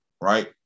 right